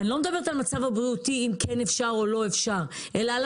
אני לא מדברת על המצב הבריאותי אם כן אפשר או לא אפשר אלא על